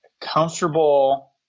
comfortable